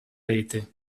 rete